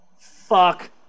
fuck